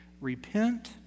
Repent